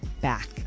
back